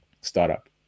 startup